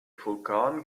vulkan